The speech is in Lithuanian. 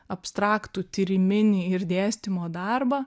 abstraktų tyriminį ir dėstymo darbą